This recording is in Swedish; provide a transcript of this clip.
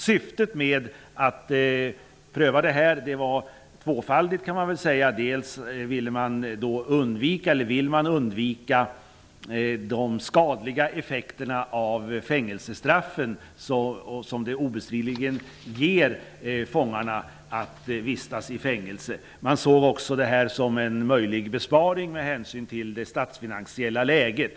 Syftet med att pröva detta var tvåfaldigt. Dels ville man undvika de skadliga effekter av fängelsestraffen som obestridligen fångarna drabbas av genom att vistas i fängelse. Man såg också en möjlighet till besparing, med hänsyn till det statsfinansiella läget.